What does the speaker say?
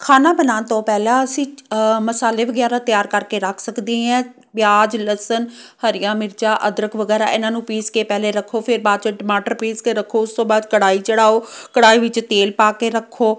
ਖਾਣਾ ਬਣਾਉਣ ਤੋਂ ਪਹਿਲਾਂ ਅਸੀਂ ਮਸਾਲੇ ਵਗੈਰਾ ਤਿਆਰ ਕਰਕੇ ਰੱਖ ਸਕਦੇ ਹੈ ਪਿਆਜ ਲਸਣ ਹਰੀਆਂ ਮਿਰਚਾਂ ਅਦਰਕ ਵਗੈਰਾ ਇਹਨਾਂ ਨੂੰ ਪੀਸ ਕੇ ਪਹਿਲੇ ਰੱਖੋ ਫਿਰ ਬਾਅਦ 'ਚ ਟਮਾਟਰ ਪੀਸ ਕੇ ਰੱਖੋ ਉਸ ਤੋਂ ਬਾਅਦ ਕੜਾਹੀ ਚੜਾਓ ਕੜਾਹੀ ਵਿੱਚ ਤੇਲ ਪਾ ਕੇ ਰੱਖੋ